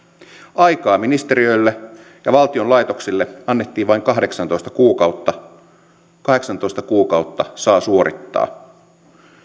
aikaa ministeriöille ja valtion laitoksille annettiin vain kahdeksantoista kuukautta kahdeksantoista kuukautta saa suorittaa